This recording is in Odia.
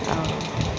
ହଉ ଠିକ ଅଛି